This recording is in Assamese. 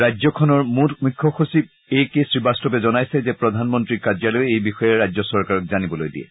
ৰাজ্যখনৰ মুখ্য সচিব এ কে শ্ৰীবাস্তৱে জনাইছে যে প্ৰধান মন্ত্ৰীৰ কাৰ্যালয়ে এই বিষয়ে ৰাজ্য চৰকাৰক জানিবলৈ দিয়ে